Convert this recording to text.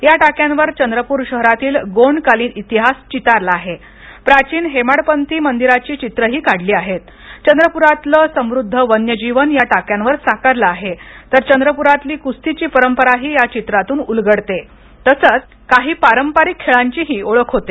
या टाक्यांवर चंद्रपूर शहरातील गोंडकालीन इतिहास चितारला आहे प्राचीन हेमाडपंती मंदिरांची चित्रं काढली आहेत चंद्रपुरातलं समृद्ध वन्यजीवन या टाक्यांवर साकारलं आहे चंद्रपुरातली कुस्तीची परंपरा या चित्रांतून उलगडते आणि काही पारंपरिक खेळांचीही ओळख होते